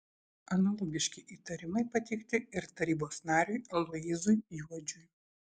analogiški įtarimai pateikti ir tarybos nariui aloyzui juodžiui